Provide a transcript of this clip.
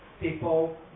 People